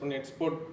export